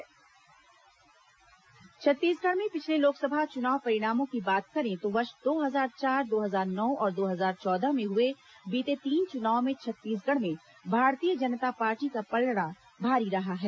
मतगणना पिछला चुनाव परिणाम छत्तीसगढ़ में पिछले लोकसभा चुनाव परिणामों की बात करें तो वर्ष दो हजार चार दो हजार नौ और दो हजार चौदह में हुए बीते तीन चुनावों में छत्तीसगढ़ में भारतीय जनता पार्टी का पलड़ा भारी रहा है